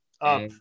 up